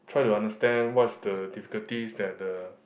try to understand what is the difficulties that the